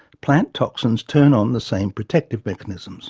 plant toxins turn on the same protective mechanisms